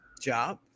job